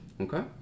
okay